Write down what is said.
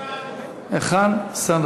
היכן שר